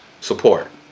support